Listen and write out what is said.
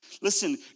Listen